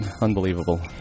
unbelievable